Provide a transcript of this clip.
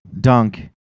dunk